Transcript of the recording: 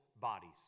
bodies